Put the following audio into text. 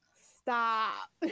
stop